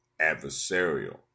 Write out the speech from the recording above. adversarial